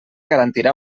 garantirà